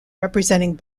representing